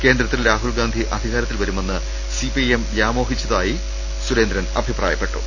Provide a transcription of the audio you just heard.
കേന്ദ്രത്തിൽ രാഹുൽ ഗാന്ധി അധികാരത്തിൽ വരുമെന്ന് സിപിഐഎം വ്യാമോ ഹിച്ചിരുന്നെന്നും സുരേന്ദ്രൻ അഭിപ്രായപ്പെട്ടു